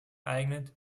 eignet